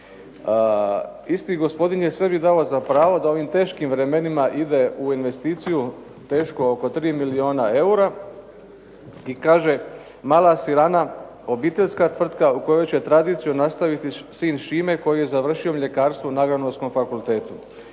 Isti gospodin je sebi dao za pravo da u ovim teškim vremenima ide u investiciju tešku oko 3 milijuna eura, i kaže mala sirana obiteljska tvrtka u kojoj će tradiciju nastaviti sin Šime koji je završio mljekarstvo na Agronomskom fakultetu.